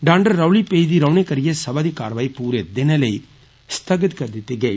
दंड रौली पेदी रौहने करिये सभा दी कारवई पूरे दिनै लेई स्थगित करी दिती गेई